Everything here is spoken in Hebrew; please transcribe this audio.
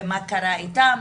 ומה קרה איתם.